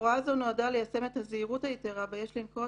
הוראה זו נועדה ליישם את הזהירות היתרה בה יש לנקוט